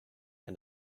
and